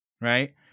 right